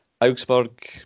Augsburg